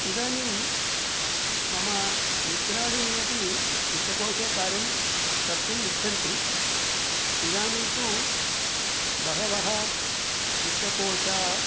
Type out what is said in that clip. इदानीं मम मित्राणि अपि वित्तकोषे कार्यं कर्तुम् इच्छन्ति इदानीन्तु बहवः वित्तकोषः